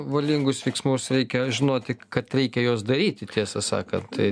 valingus veiksmus reikia žinoti kad reikia juos daryti tiesą sakant tai